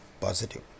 positive